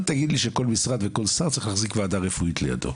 אל תגיד לי שכל משרד וכל שר צריך להחזיר ועדה רפואית על ידו,